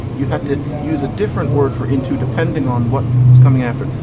you had to use a different word for into depending on what was coming after.